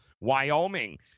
Wyoming